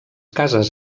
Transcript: cases